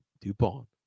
DuPont